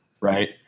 Right